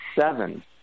seven